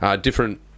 different